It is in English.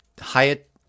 Hyatt